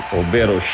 ovvero